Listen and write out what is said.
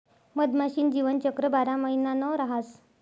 मधमाशी न जीवनचक्र बारा महिना न रहास